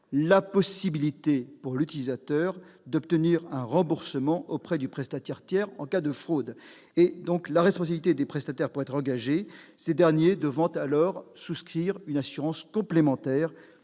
la possibilité pour l'utilisateur d'obtenir un remboursement auprès du prestataire tiers en cas de fraude. La responsabilité des prestataires pourrait être engagée, ces derniers devant dès lors souscrire une assurance complémentaire